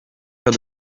cas